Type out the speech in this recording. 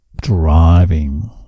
driving